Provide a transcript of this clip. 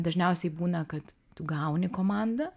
dažniausiai būna kad tu gauni komandą